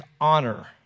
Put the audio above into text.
honor